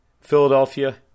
Philadelphia